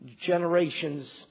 generation's